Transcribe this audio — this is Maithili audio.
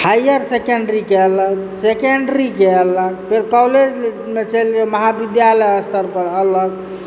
हाइअर सेकेण्डेरी के अलग सेकेण्डरीके अलग फेर कॉलेजमे छल जे महाविद्यालय स्तर पर अलग